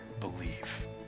believe